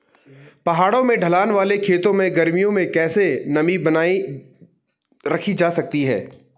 पहाड़ों में ढलान वाले खेतों में गर्मियों में कैसे नमी बनायी रखी जा सकती है?